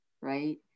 right